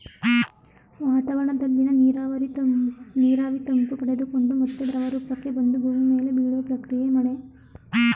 ವಾತಾವರಣದಲ್ಲಿನ ನೀರಾವಿ ತಂಪು ಪಡೆದುಕೊಂಡು ಮತ್ತೆ ದ್ರವರೂಪಕ್ಕೆ ಬಂದು ಭೂಮಿ ಮೇಲೆ ಬೀಳುವ ಪ್ರಕ್ರಿಯೆಯೇ ಮಳೆ